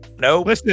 No